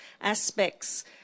aspects